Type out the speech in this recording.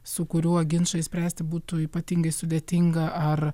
su kuriuo ginčą išspręsti būtų ypatingai sudėtinga ar